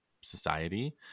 society